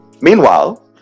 Meanwhile